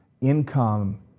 income